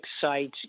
sites